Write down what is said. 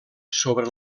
sobre